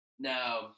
Now